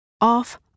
off